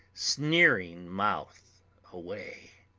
sneering mouth away.